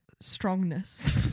strongness